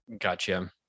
Gotcha